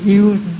use